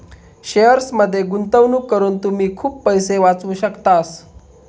शेअर्समध्ये गुंतवणूक करून तुम्ही खूप पैसे वाचवू शकतास